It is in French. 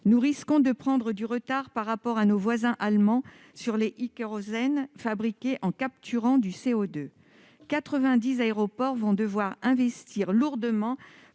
nous risquons de prendre du retard par rapport à nos voisins allemands sur les e-kérosène fabriqués en capturant du CO2. Deuxièmement, 90 aéroports devront investir lourdement